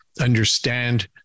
understand